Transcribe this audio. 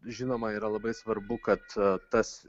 žinoma yra labai svarbu kad tas